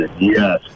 Yes